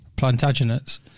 Plantagenets